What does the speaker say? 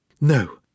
No